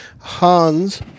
Hans